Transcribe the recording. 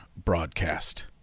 broadcast